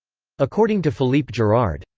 according to philippe girard,